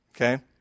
okay